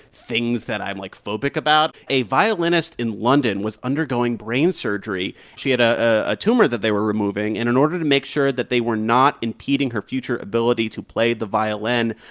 things that i'm, like, phobic about. a violinist in london was undergoing brain surgery. she had a ah tumor that they were removing. and in order to make sure that they were not impeding her future ability to play the violin,